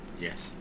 Yes